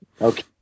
Okay